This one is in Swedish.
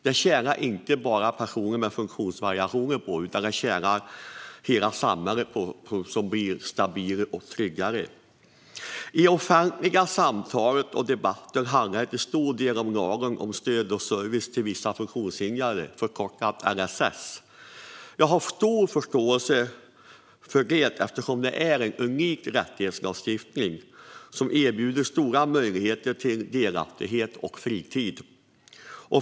Det tjänar inte enbart personer med funktionsvariationer på, utan hela samhället tjänar på det genom att det blir stabilare och tryggare. I det offentliga samtalet och i debatten handlar det till stor del om lagen om stöd och service till vissa funktionshindrade, förkortad LSS. Jag har stor förståelse för det eftersom det är en unik rättighetslagslagstiftning som erbjuder stora möjligheter till delaktighet och fritid.